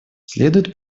следует